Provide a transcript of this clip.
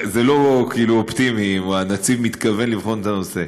זה לא אופטימי, הנציב מתכוון לבחון את הנושא